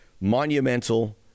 monumental